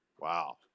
Wow